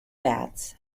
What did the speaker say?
bats